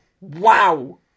Wow